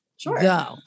Sure